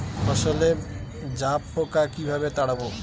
ফসলে জাবপোকা কিভাবে তাড়াব?